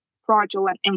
fraudulent